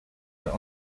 were